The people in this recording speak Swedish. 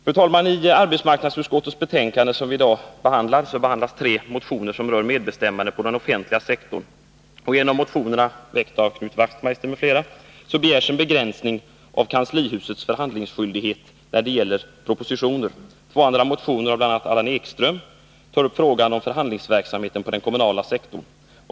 Fru talman! I arbetsmarknadsutskottets betänkande 1981/82:4, som vi nu 39 behandlar, upptas tre motioner som rör medbestämmandet på den offentliga sektorn. I en av motionerna, väckt av Knut Wachtmeister m.fl., begärs en begränsning av kanslihusets förhandlingsskyldighet när det gäller propositioner. I två andra motioner tar bl.a. Allan Ekström upp frågan om förhandlingsverksamheten på den kommunala sektorn.